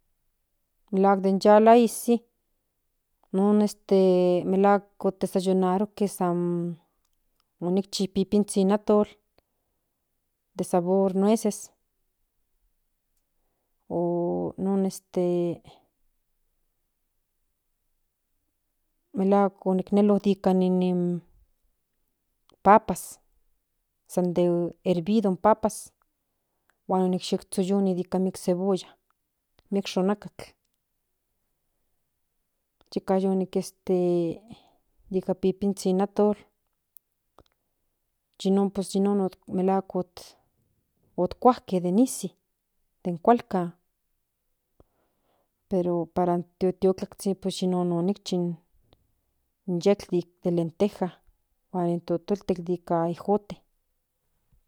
Melahuac den yala izi non este melahuac otdesayunaroque san onicchi pipinzin atol de sabor nueces o non este melahuac unic nelo ican inin papas san de ervido in papas huan onic yec shoyoni dica miec cebolla miec xonacatl yeca yonic este ica pipinzin atol yinon pos yinon melahuac otcuaque de ninzi den cualcan pero paran tiotio tlacshin pos yenon onicchi in yel de lenteja huan totoltel ica ejote.